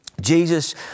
Jesus